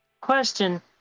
question